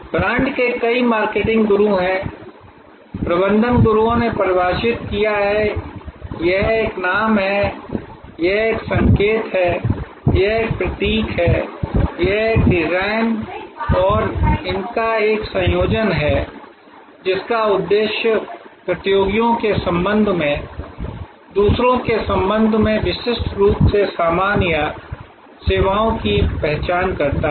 brand के कई marketing गुरु हैं प्रबंधन गुरुओं ने परिभाषित किया है यह एक नाम है यह एक संकेत है यह एक प्रतीक है यह एक डिज़ाइन और इनका एक संयोजन है जिसका उद्देश्य प्रतियोगियों के संबंध में दूसरों के संबंध में विशिष्ट रूप से सामान या सेवाओं की पहचान करना है